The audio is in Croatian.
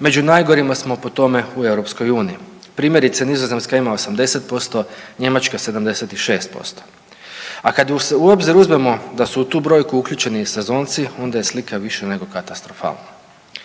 Među najgorima smo po tome u Europskoj uniji. Primjerice Nizozemska ima 80%, Njemačka 76%. A kada u obzir uzmemo da su tu brojku uključeni i sezonci onda je slika više nego katastrofalna.